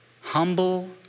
humble